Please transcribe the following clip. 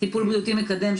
טיפול בריאותי מקדם,